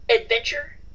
adventure